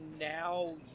now